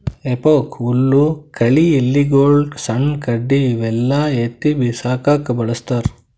ಹೆಫೋಕ್ ಹುಲ್ಲ್ ಕಳಿ ಎಲಿಗೊಳು ಸಣ್ಣ್ ಕಡ್ಡಿ ಇವೆಲ್ಲಾ ಎತ್ತಿ ಬಿಸಾಕಕ್ಕ್ ಬಳಸ್ತಾರ್